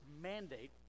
mandate